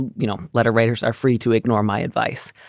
and you know letter writers are free to ignore my advice.